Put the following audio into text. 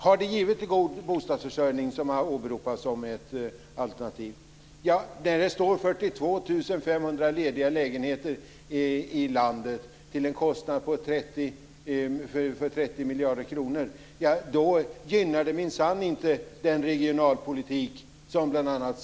Har det gett en god bostadsförsörjning som har åberopats som ett alternativ? Det finns 42 500 lediga lägenheter i landet till en kostnad av 30 miljarder kronor. Det gynnar minsann inte den regionalpolitik som bl.a.